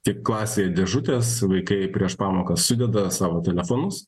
tik klasėje dėžutės vaikai prieš pamokas sudeda savo telefonus